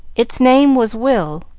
its name was will,